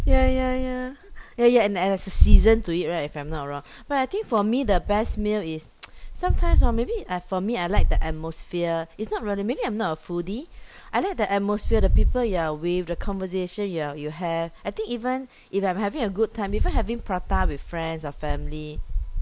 yeah yeah yeah ya ya and there's a season to eat right if I'm not wrong but I think for me the best meal is sometimes hor maybe I for me I like the atmosphere it's not really maybe I'm not a foodie I like the atmosphere the people you are with the conversation you are you have I think even if I'm having a good time even having prata with friends or family